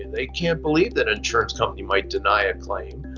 and they can't believe that insurance company might deny a claim.